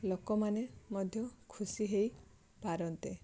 ଲୋକମାନେ ମଧ୍ୟ ଖୁସି ହୋଇ ପାରନ୍ତେ